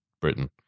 Britain